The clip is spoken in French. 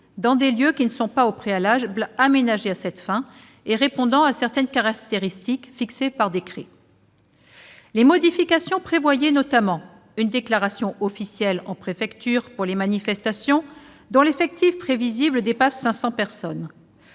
dans des lieux qui ne sont pas au préalable aménagés à cette fin, et répondant à certaines caractéristiques fixées par décret. Les modifications prévoyaient notamment une déclaration officielle en préfecture pour les manifestations dont l'effectif prévisible dépasse 500 personnes,